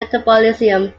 metabolism